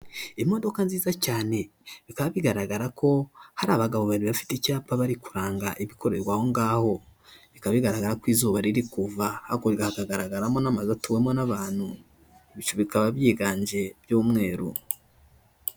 Imodoka nziza cyane, bikaba bigaragara ko hari abagabo babiri bafite icyapa bari kuranga ibikorerwa aho ngaho, bikaba bigaragara ko izuba riri kuva, hakurya hakagaragaramo n'amazu atuwemo n'abantu, ibicu bikaba byiganje by'umweru.